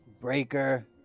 Breaker